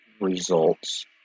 results